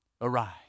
arise